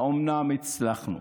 אומנם הצלחנו,